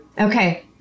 okay